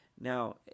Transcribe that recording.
Now